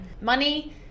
money